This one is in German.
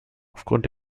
aufgrund